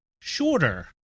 shorter